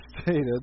stated